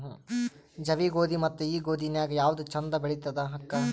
ಜವಿ ಗೋಧಿ ಮತ್ತ ಈ ಗೋಧಿ ನ್ಯಾಗ ಯಾವ್ದು ಛಂದ ಬೆಳಿತದ ಅಕ್ಕಾ?